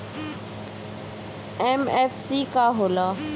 MFC का होला?